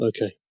Okay